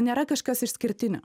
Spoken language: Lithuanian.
nėra kažkas išskirtinio